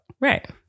Right